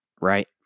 right